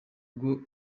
ubwo